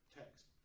text